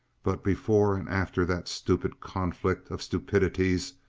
but before and after that stupid conflict of stupidities,